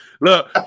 Look